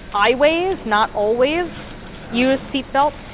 i ways not always use seatbelt.